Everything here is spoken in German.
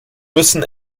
müssen